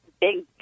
Big